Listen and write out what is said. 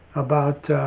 about,